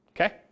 okay